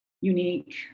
unique